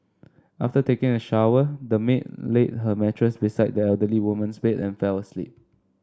after taking a shower the maid laid her mattress beside the elderly woman's bed and fell asleep